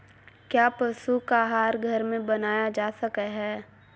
क्या पशु का आहार घर में बनाया जा सकय हैय?